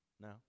No